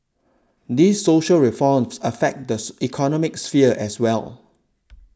these social reforms affect this economic sphere as well